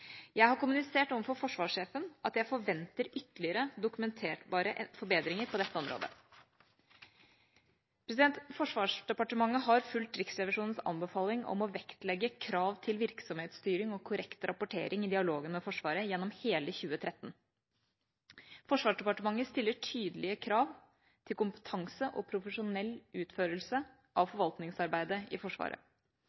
Jeg har kommunisert overfor forsvarssjefen at jeg forventer ytterligere, dokumenterbare forbedringer på dette området. Forsvarsdepartementet har fulgt Riksrevisjonens anbefaling om å vektlegge krav til virksomhetsstyring og korrekt rapportering i dialogen med Forsvaret gjennom hele 2013. Forsvarsdepartementet stiller tydelige krav til kompetanse og profesjonell utførelse av